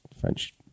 French